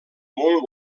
molt